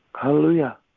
Hallelujah